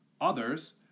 Others